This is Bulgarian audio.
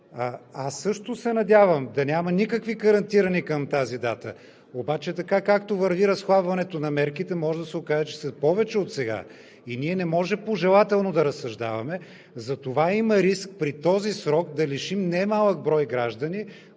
Аз също се надявам да няма никакви карантинирани към тази дата, обаче така, както върви разхлабването на мерките, може да се окаже, че са повече отсега и ние не може пожелателно да разсъждаваме. Затова има риск при този срок да лишим немалък брой граждани